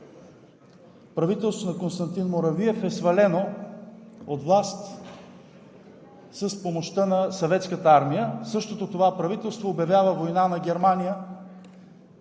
Правителството на Константин Муравиев е свалено от власт с помощта на Съветската армия. Същото това правителство обявява война на Германия